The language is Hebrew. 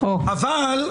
אבל,